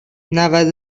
نود